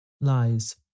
Lies